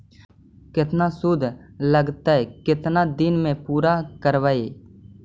केतना शुद्ध लगतै केतना दिन में पुरा करबैय?